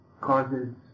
causes